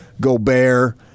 Gobert